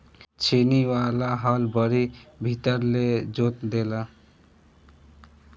छेनी वाला हल बड़ी भीतर ले जोत देला